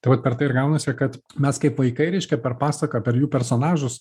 tai vat per tai ir gaunasi kad mes kaip vaikai reiškia per pasaką per jų personažus